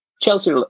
Chelsea